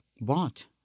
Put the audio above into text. bought